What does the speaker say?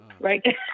right